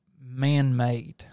man-made